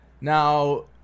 Now